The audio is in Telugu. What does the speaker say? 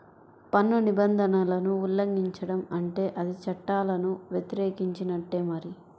పన్ను నిబంధనలను ఉల్లంఘించడం అంటే అది చట్టాలను వ్యతిరేకించినట్టే మరి